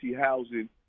housing